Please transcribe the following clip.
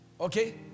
Okay